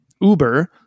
Uber